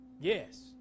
Yes